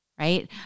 right